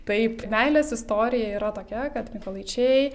taip meilės istorija yra tokia kad mykolaičiai